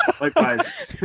Likewise